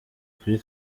kuri